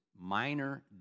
minor